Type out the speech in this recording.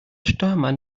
steuermann